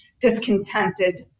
discontented